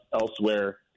elsewhere